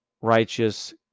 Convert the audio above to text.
righteous